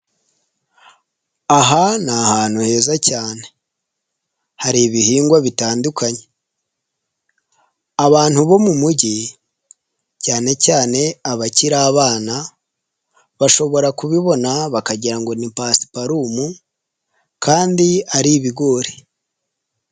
Aha ni ahantu heza cyane, hari ibihingwa bitandukanye, abantu bo mu mujyi cyane cyane abakiri abana bashobora kubibona bakagira ngo ni pasiparumu kandi ari ibigori.